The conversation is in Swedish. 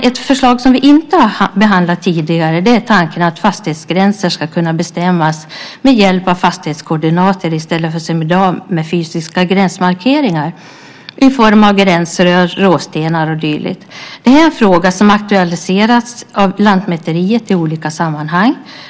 Ett förslag som vi inte har behandlat tidigare är tanken att fastighetsgränser ska kunna bestämmas med hjälp av fastighetskoordinater i stället för som i dag med fysiska gränsmarkeringar i form av gränsrör, råstenar och dylikt. Detta är en fråga som har aktualiserats av Lantmäteriet i olika sammanhang.